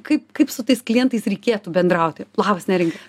kaip kaip su tais klientais reikėtų bendrauti labas neringa